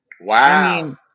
wow